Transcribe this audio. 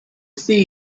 see